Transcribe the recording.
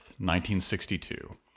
1962